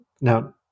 Now